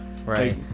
right